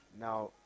Now